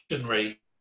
rate